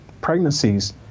pregnancies